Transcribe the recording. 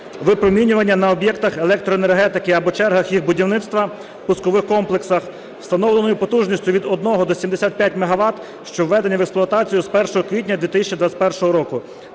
випромінювання на об'єктах електроенергетики або чергах їх будівництва (пускових комплексах) встановленою потужністю від 1 до 75 МВт, що введені в експлуатацію з 1 квітня 2021 року"